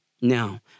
Now